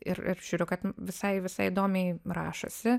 ir ir žiūriu kad visai visai įdomiai rašosi